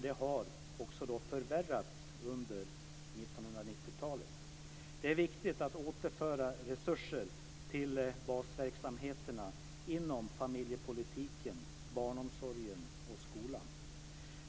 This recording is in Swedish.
Det har förvärrats under 1990-talet. Det är viktigt att återföra resurser till basverksamheterna inom familjepolitiken, barnomsorgen och skolan.